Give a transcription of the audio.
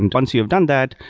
and once you've done that,